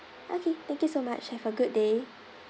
okay thank you so much have a good day